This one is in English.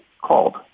called